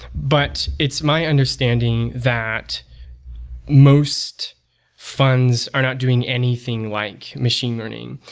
but it's my understanding that most funds are not doing anything like machine learning.